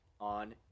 On